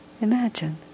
Imagine